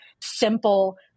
simple